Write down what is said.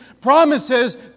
promises